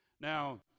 Now